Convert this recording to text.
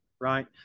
Right